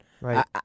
Right